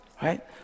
right